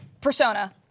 Persona